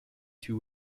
two